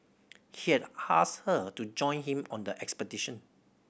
he had asked her to join him on the expedition